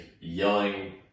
yelling